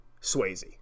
Swayze